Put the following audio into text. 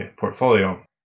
portfolio